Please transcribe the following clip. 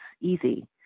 easy